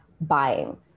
buying